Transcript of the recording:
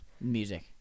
Music